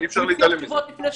אי אפשר להתעלם מזה.